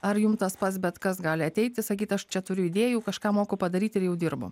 ar jum tas pats bet kas gali ateiti sakyt aš čia turiu idėjų kažką moku padaryt ir jau dirbu